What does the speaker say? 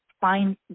find